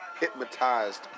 Hypnotized